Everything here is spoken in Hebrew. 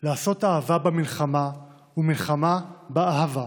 / לעשות אהבה במלחמה ומלחמה באהבה.